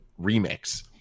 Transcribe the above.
remix